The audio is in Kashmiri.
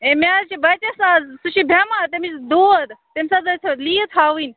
ہے مےٚ حظ چھ بچس آزٕ سُہ چھُ بیٚمار تٔمس چھ دود تٔمس حظ ٲس ونۍ لیٖو تھاوٕنۍ